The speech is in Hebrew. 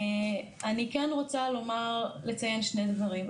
אני כן רוצה לציין שני דברים.